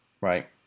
Right